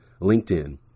LinkedIn